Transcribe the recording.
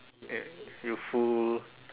ya youthful